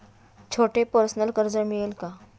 छोटे पर्सनल कर्ज मिळेल का?